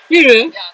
serious